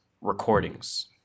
recordings